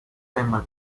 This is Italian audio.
tema